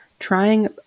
trying